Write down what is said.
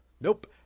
Nope